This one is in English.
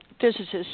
physicists